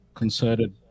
concerted